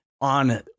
on